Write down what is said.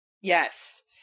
Yes